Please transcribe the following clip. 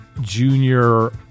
junior